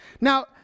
Now